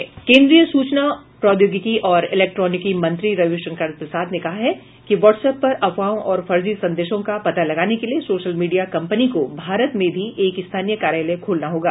केन्द्रीय सूचना प्रौद्योगिकी और इलेक्ट्रॉनिकी मंत्री रविशंकर प्रसाद ने कहा है कि वाट्स अप पर अफवाहों और फर्जी संदेशों का पता लगाने के लिए सोशल मीडिया कंपनी को भारत में भी एक स्थानीय कार्यालय खोलना होगा